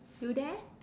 you there